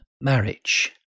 marriage